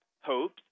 hopes